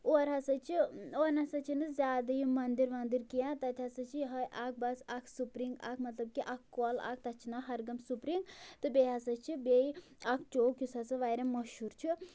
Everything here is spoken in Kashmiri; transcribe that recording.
اورٕ ہسا چھِ اورٕ نَسا چھِنہٕ زیادٕ یِم مَندِر وَندِر کیٚنٛہہ تَتہِ ہسا چھِ یِہوٚے اَکھ بَس اَکھ سُپرِنٛگ اکھ مطلب کہِ اکھ کۄل اَکھ تَتھ چھُ ناو ہرگَم سُپرِنٛگ تہٕ بیٚیہِ ہَسا چھِ بیٚیہِ اکھ چوک یُس ہَسا واریاہ مشہوٗر چھُ